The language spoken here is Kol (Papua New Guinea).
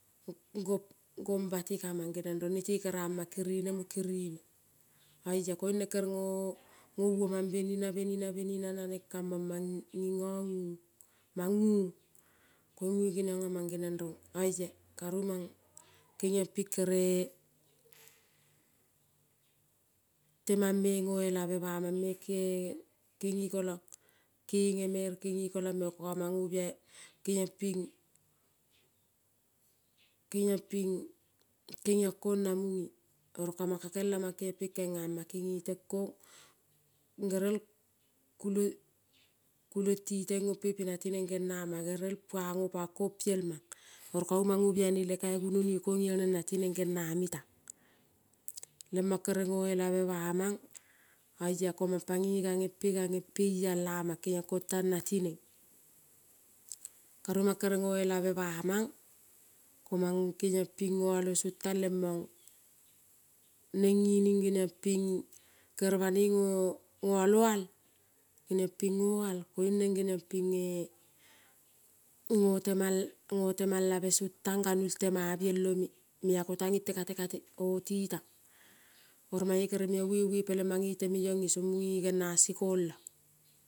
Gi gombati kaman nete kerama kerene mo kerene, oia koin nen nouomann nanen kamon in nonuon man mune genion aman rong oia karu man kenion pin kere teman me kere noelabe kene kolon kene me oro ka man no bia, kenion pin kenion kon na mune. Oro kaman ka kelama keniama kene ten kon gerel kulon ti ompe pina tinen geniama gerel kenia panpon pielma oro karu mang no biainile gunoni iel neng natinen geniame tang. Lemon kere no elabe ba man oia koman panoi gane pe ganepe ial amon kenion tan natinen, karu man kere no elabe ba man ko man kenion pin noalo don tan lenon nen nining genion pin kere banoi noala, al genion pe noal genion pin no temalabe son tan ganuol tema ta bielome tan intekate intekate, oti tan komane kere meo wewe ko mane teme ion mune gena se kolo.